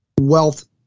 wealth